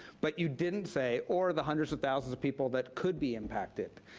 but you didn't say or the hundreds of thousands of people that could be impacted.